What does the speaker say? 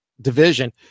division